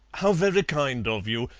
how very kind of you!